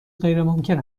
غیرممکن